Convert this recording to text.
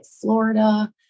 Florida